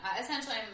essentially